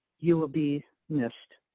you will be missed.